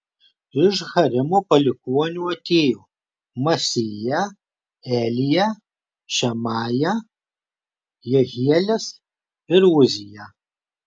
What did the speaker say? iš harimo palikuonių atėjo maasėja elija šemaja jehielis ir uzija